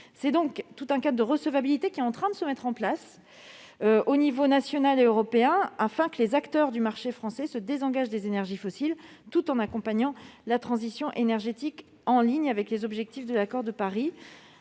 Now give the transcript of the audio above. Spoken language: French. C'est donc tout un cadre de recevabilité qui est en train de se mettre en place aux niveaux national et européen afin que les acteurs du marché français se désengagent des énergies fossiles, tout en accompagnant la transition énergétique en conformité avec les objectifs de l'accord de Paris.